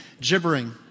gibbering